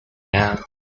now